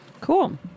Cool